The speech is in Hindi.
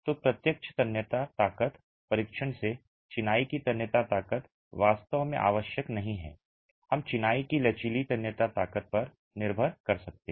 तो प्रत्यक्ष तन्यता ताकत परीक्षण से चिनाई की तन्यता ताकत वास्तव में आवश्यक नहीं है हम चिनाई की लचीली तन्यता ताकत पर निर्भर कर सकते हैं